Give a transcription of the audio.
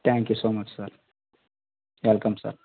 thank you so much sir welcome sir